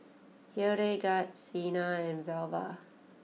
Hildegard Cena and Velva